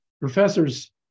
professors